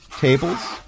tables